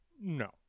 No